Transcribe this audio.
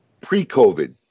pre-COVID